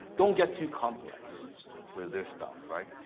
don't get too complex with this stuff, right?